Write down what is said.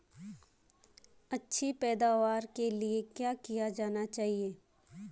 अच्छी पैदावार के लिए क्या किया जाना चाहिए?